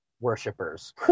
worshippers